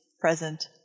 present